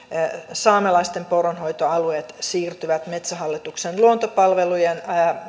saamelaisten poronhoitoalueet siirtyvät käytännössä metsähallituksen luontopalvelujen